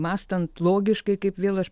mąstant logiškai kaip vėl aš